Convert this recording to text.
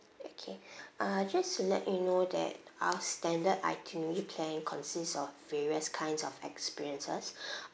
okay uh just to let you know that our standard itinerary plan consists of various kinds of experiences